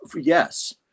yes